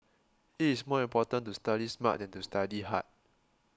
it is more important to study smart than to study hard